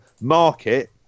Market